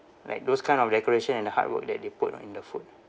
like those kind of decoration and the hard work that they put o~ in the food